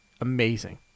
amazing